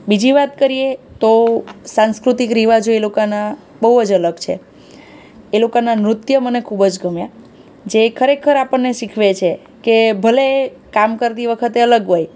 બીજી વાત કરીએ તો સાંસ્કૃતિક રિવાજો એ લોકાના બહુ જ અલગ છે એ લોકાનાં નૃત્ય મને ખૂબ જ ગમ્યાં જે ખરેખર આપણને શીખવે છે કે ભલે કામ કરતી વખતે અલગ હોય